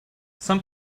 some